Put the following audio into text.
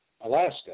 Alaska